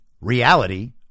reality